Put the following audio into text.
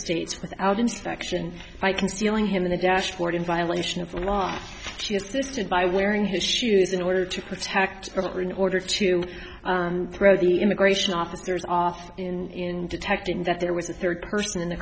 states without inspection by concealing him in the dashboard in violation of law she assisted by wearing his shoes in order to protect her in order to throw the immigration officers off in detecting that there was a third person in the